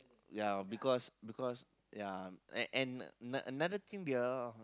ya because because ya and and ano~ another thing there are